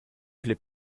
plait